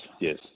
yes